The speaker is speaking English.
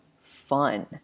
fun